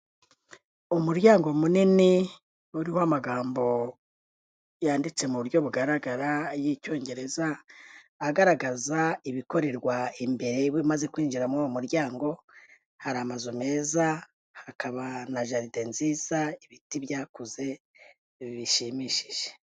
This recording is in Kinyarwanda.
Umuryango munini uriho amagambo yanditse mu buryo bugaragara y'icyongereza, agaragaza ibikorerwa imbere iyo umaze kwinjira muri uwo muryango, hari amazu meza hakaba na jaride nziza, ibiti byakuze bishimishije.